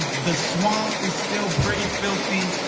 the swamp is still pretty filthy,